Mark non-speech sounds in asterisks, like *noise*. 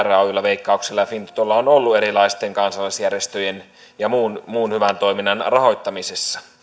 *unintelligible* rayllä veikkauksella ja fintotolla on ollut erilaisten kansalaisjärjestöjen ja muun muun hyvän toiminnan rahoittamisessa